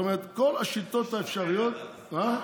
זאת אומרת, כל השיטות האפשריות, מה?